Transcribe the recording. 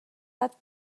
bat